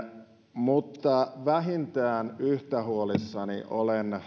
mutta vähintään yhtä huolissani olen